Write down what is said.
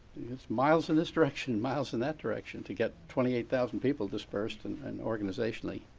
it's miles in this direction, miles in that direction to get twenty eight thousand people disbursed and and organizationally.